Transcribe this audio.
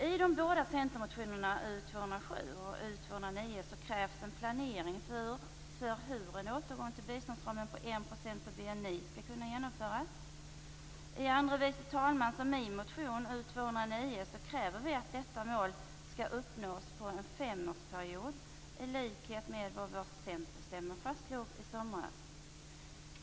I centermotionerna U207 och U209 krävs det en planering för hur en återgång till biståndsramen på 1 % av BNI skall kunna genomföras. Andre vice talmannen och jag har väckt motion U209. Där kräver vi att detta mål skall uppnås under en femårsperiod, i likhet med vad vår centerstämma fastslog i somras.